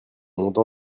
monde